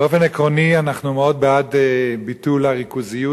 באופן עקרוני אנחנו מאוד בעד ביטול הריכוזיות,